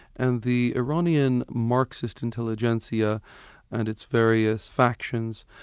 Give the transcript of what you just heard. and the iranian marxist intelligentsia and its various factions,